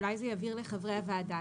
אולי זה יבהיר לחברי הוועדה.